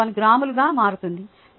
1 గ్రాములుగా మారుతుంది